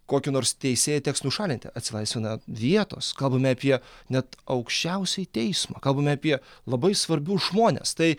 kokį nors teisėją teks nušalinti atsilaisvina vietos kalbame apie net aukščiausiąjį teismą kalbame apie labai svarbius žmones tai